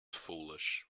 foolish